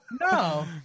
No